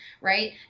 right